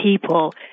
people